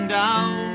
down